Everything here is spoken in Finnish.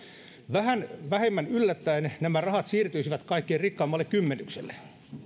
vähän vähemmän yllättäen nämä rahat siirtyisivät kaikkein rikkaimmalle kymmenykselle